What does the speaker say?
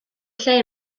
lle